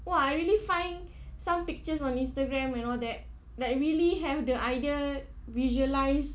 !wah! I really find some pictures on Instagram and all that like really have the idea visualise